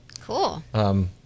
Cool